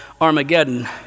Armageddon